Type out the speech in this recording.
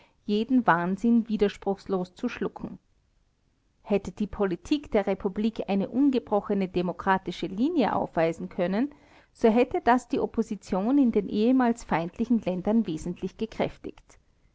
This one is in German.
jeden wahnsinn widerspruchslos zu schlucken hätte die politik der republik eine ungebrochene demokratische linie aufweisen können so hätte das die opposition in den ehemals feindlichen ländern wesentlich gekräftigt